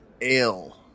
ale